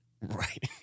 Right